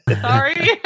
sorry